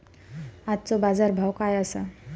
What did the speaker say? आजचो बाजार भाव काय आसा?